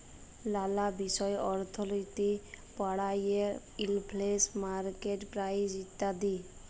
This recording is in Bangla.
লালা বিষয় অর্থলিতি পড়ায়ে ইলফ্লেশল, মার্কেট প্রাইস ইত্যাদি